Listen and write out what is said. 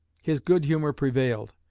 his good humor prevailed,